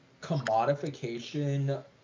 commodification